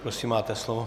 Prosím, máte slovo.